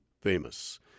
famous